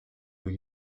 were